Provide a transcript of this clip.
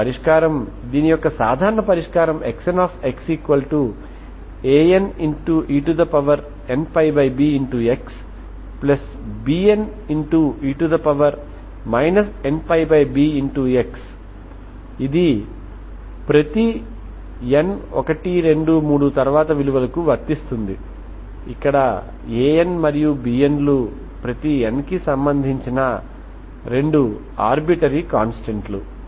ఇప్పుడు పరిష్కారం దీని యొక్క సాధారణ పరిష్కారం XnxAnenπbxBne nπbx ఇది ప్రతి n 1 2 3 తరువాత విలువలకు వర్తిస్తుంది ఇక్కడ Anమరియు Bn లు ప్రతి n కి సంబంధించిన రెండు ఆర్బిటరీ కాంస్టెంట్లు